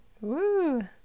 Woo